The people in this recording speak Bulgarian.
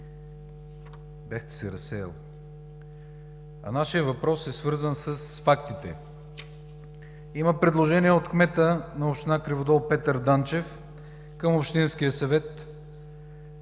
бяхте се разсеял. Нашият въпрос е свързан с фактите. Има предложение от кмета на община Криводол Петър Данчев към общинския съвет,